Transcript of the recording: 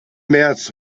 märz